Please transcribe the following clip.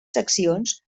seccions